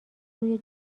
روی